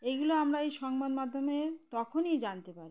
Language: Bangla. এইগুলো আমরা এই সংবাদ মাধ্যমে তখনই জানতে পারি